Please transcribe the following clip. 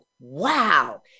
wow